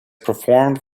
performed